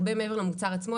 הרבה מעבר למוצר עצמו,